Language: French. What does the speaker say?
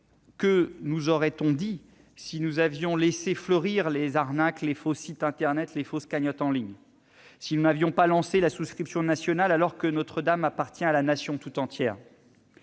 Que nous aurait-on dit si nous avions laissé fleurir les arnaques, les faux sites internet, les fausses cagnottes en ligne, si nous n'avions pas lancé la souscription nationale, alors que Notre-Dame appartient à la Nation tout entière ?